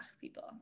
people